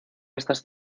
estas